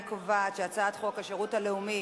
אני קובעת שהצעת חוק שירות לאומי